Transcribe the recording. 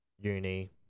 uni